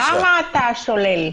למה אתה שולל?